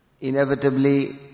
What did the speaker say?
inevitably